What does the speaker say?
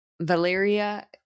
Valeria